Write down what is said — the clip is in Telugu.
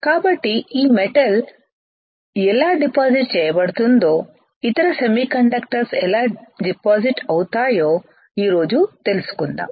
కాబట్టి ఈ మెటల్ ఎలా డిపాజిట్ చేయబడుతుందో ఇతర సెమీకండక్టర్స్ ఎలా డిపాజిట్ అవుతాయో ఈ రోజు తెలుసుకుందాం